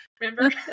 Remember